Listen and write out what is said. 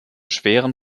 schweren